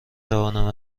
توانم